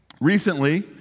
Recently